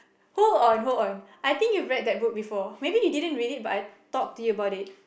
hold on hold on I think you read that book before maybe you didn't read it but I talked to you about it